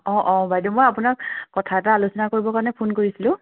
অ অ বাইদেউ মই আপোনাক কথা এটা আলোচনা কৰিবৰ কাৰণে ফোন কৰিছিলোঁ